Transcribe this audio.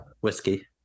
whiskey